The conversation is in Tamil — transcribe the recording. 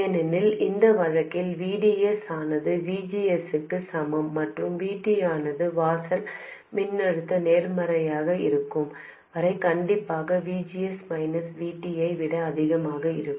ஏனெனில் இந்த வழக்கில் VDS ஆனது VGS க்கு சமம் மற்றும் VT ஆனது வாசல் மின்னழுத்தம் நேர்மறையாக இருக்கும் வரை கண்டிப்பாக VGS மைனஸ் VT ஐ விட அதிகமாக இருக்கும்